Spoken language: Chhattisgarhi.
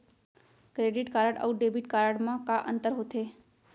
क्रेडिट कारड अऊ डेबिट कारड मा का अंतर होथे?